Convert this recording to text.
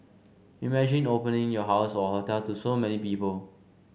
imagine opening your house or hotel to so many people